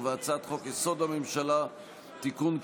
ובהצעת חוק-יסוד: הממשלה (תיקון,